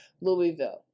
Louisville